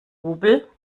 rubel